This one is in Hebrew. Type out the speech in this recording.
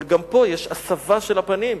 אבל גם פה יש הסבה של הפנים,